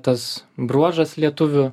tas bruožas lietuvių